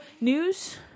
news